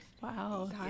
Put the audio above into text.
Wow